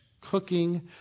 cooking